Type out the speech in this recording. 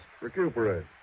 recuperate